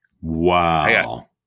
Wow